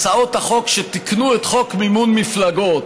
כשבאו הצעות החוק שתיקנו את חוק מימון מפלגות